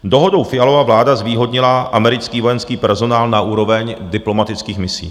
Dohodou Fialova vláda zvýhodnila americký vojenský personál na úroveň diplomatických misí.